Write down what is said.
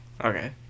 Okay